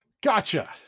Gotcha